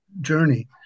journey